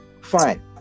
fine